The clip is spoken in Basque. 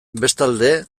bestalde